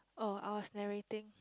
oh I was narrating